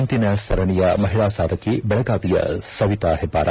ಇಂದಿನ ಸರಣಿಯ ಮಹಿಳಾ ಸಾಧಕಿ ಬೆಳಗಾವಿಯ ಸವಿತಾ ಹೆಬ್ಬಾರ